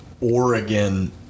oregon